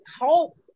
hope